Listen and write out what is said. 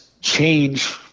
change